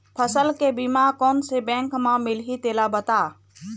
फसल के बीमा कोन से बैंक म मिलही तेला बता?